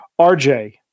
RJ